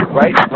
right